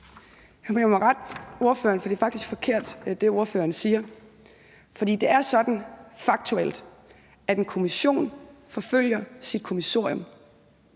Jeg må rette ordføreren, for det er faktisk forkert, hvad ordføreren siger. For det er sådan faktuelt, at en kommission forfølger sit kommissorium.